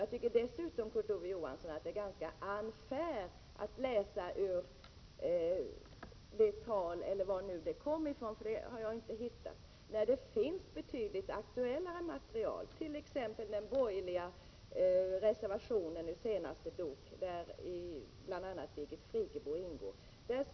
Jag tycker dessutom, Kurt Ove Johansson, att det är unfair att läsa ur ett gammalt Ola Ullstental eller vad det var när det finns betydligt aktuellare material att läsa högt ur, t.ex. den borgerliga reservationen till den senaste DOK-utredningen, som bl.a. Birgit Friggebo varit med om.